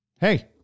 hey